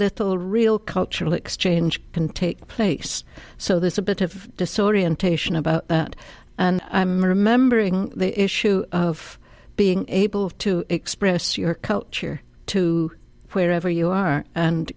little real cultural exchange can take place so there's a bit of disorientation about that and i'm remembering the issue of being able to express your culture to wherever you are and